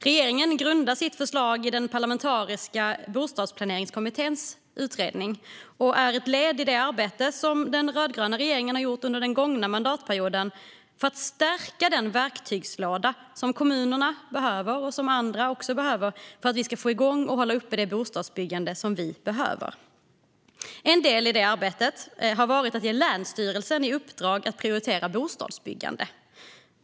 Regeringen grundar sitt förslag på den parlamentariska Bostadsplaneringskommitténs utredning, och det är ett led i det arbete den rödgröna regeringen under den gångna mandatperioden har gjort för att stärka den verktygslåda som kommuner och andra behöver för att få igång och hålla uppe det bostadsbyggande vi behöver. En del i detta arbete har varit att ge länsstyrelserna i uppdrag att prioritera bostadsbyggande.